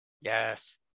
Yes